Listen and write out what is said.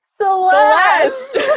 Celeste